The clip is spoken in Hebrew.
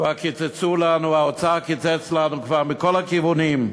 כבר קיצצו לנו, האוצר קיצץ לנו כבר מכל הכיוונים,